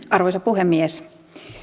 arvoisa puhemies